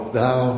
thou